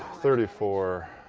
thirty four,